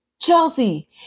Chelsea